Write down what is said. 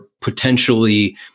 potentially